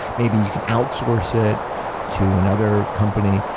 maybe you can outsource it to another company.